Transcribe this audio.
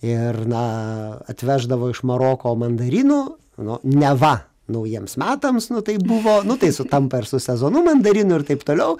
ir na atveždavo iš maroko mandarinų nu neva naujiems metams nu tai buvo nu tai sutampa ir su sezonu mandarinų ir taip toliau